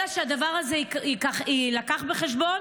אלא שהדבר הזה יילקח בחשבון,